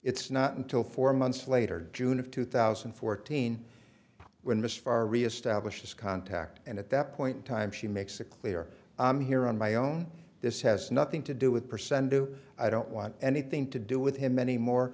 it's not until four months later june of two thousand and fourteen when miss far reestablished contact and at that point in time she makes it clear i'm here on my own this has nothing to do with percent do i don't want anything to do with him anymore